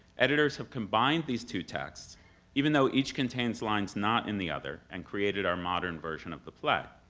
editors have combined these two texts even though each contains lines not in the other, and created our modern version of the play.